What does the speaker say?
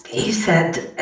he said.